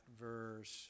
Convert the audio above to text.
verse